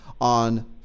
on